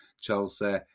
Chelsea